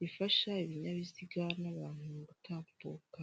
rifasha ibinyabiziga n'abantu gutambuka.